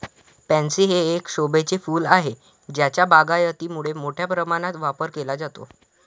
pansy हे एक शोभेचे फूल आहे ज्याचा बागायतीमध्ये मोठ्या प्रमाणावर वापर केला जातो